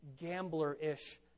gambler-ish